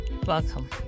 Welcome